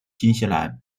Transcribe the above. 新西兰